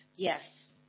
Yes